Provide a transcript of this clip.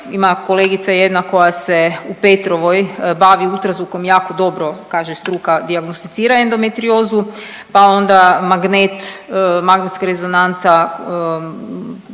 Ima kolegica jedna koja se u Petrovoj bavi UZV-om jako dobro, kaže struka, dijagnosticira endometriozu pa onda magnet, MR, jedna